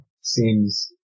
seems